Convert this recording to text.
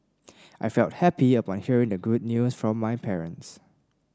I felt happy upon hearing the good news from my parents